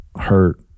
hurt